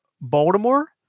Baltimore